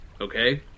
Okay